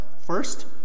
First